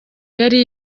yari